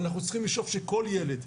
אנחנו צריכים לשאוף שכל ילד,